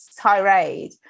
tirade